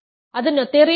അത് നോതെറിയൻ അല്ല